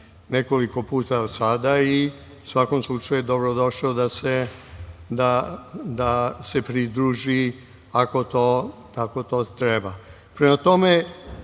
nekoliko puta do sada i u svakom slučaju je dobrodošao da se pridruži, ako to treba. Prema tome,